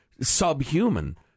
subhuman